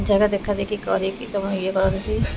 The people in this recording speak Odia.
ଜାଗା ଦେଖାଦେଖି କରିକି ସବୁ ଇଏ କରନ୍ତି